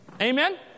Amen